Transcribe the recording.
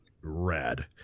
rad